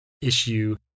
issue